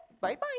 bye-bye